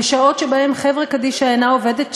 בשעות שבהן חברה קדישא אינה עובדת,